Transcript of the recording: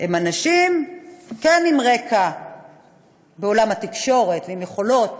הם אנשים כן עם רקע בעולם התקשורת ועם יכולות